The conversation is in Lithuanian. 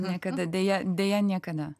niekada deja deja niekada